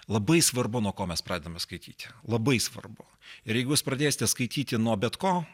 labai svarbu nuo ko mes pradedame skaityti labai svarbu ir jeigu pradėsite skaityti nuo bet ko